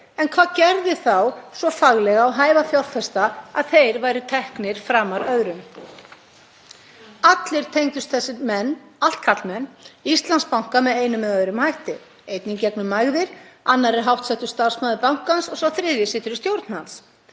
En hvað gerði þá svo faglega og hæfa fjárfesta að þeir væru teknir framar öðrum? Allir tengdust þessir menn — allt karlmenn — Íslandsbanka með einum eða öðrum hætti. Einn í gegnum mægðir, annar er háttsettur starfsmaður bankans og sá þriðji situr í stjórn hans.